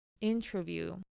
interview